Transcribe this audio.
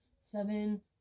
seven